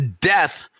death